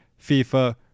FIFA